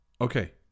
Okay